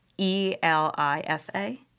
E-L-I-S-A